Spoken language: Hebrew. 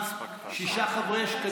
שישה חברים.